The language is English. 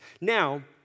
Now